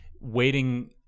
waiting